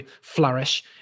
flourish